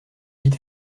vite